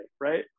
right